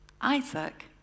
Isaac